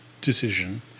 decision